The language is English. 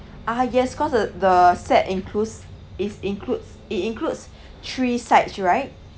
ah yes cause the the set includes is includes it includes three sides right